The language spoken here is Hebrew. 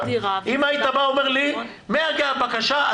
אם היית אומר לי שמהגעת הבקשה,